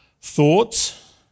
thoughts